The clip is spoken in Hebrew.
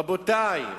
רבותי,